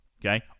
okay